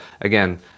again